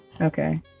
okay